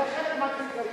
זה חלק מהביזיון.